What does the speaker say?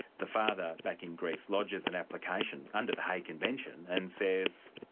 the father back in greece lodges an application under the hague convention and says,